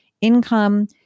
Income